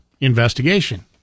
investigation